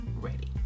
ready